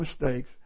mistakes